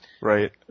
right